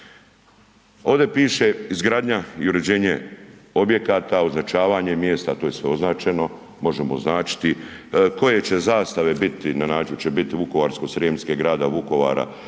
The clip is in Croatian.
Ovdje piše izgradnja i uređenje objekata, označavanje mjesta, to je sve označeno možemo označiti, koje će zastave biti na način hoće li biti Vukovarsko-srijemske i grada Vukovara,